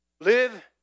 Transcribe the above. Live